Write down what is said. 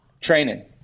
Training